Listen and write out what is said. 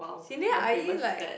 Jing-Lian 阿姨:ayi like